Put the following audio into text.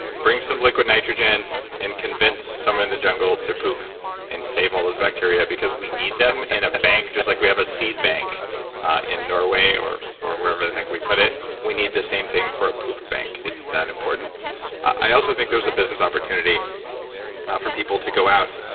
bring some liquid nitrogen and convince someone in the jungle to poop and save all those bacteria because we need them in a bank just like we have a seed bank in norway or or wherever the heck we put it. we need the same thing for a poop bank. it's that important i also think there's a business opportunity for people to go out,